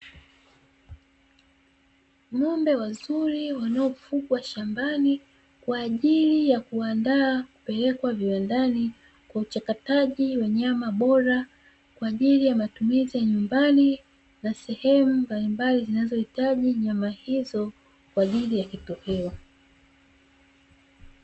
Ng’ombe wazuri wanaofugwa shambani kwa ajili ya kuwaandaa kupelekwa viwandani kwa uchakataji wa nyama bora kwa ajili ya matumizi ya nyumbani na sehemu mbalimbali wanazohitaji nyama hizo kwa ajili ya kitoweo.